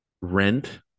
rent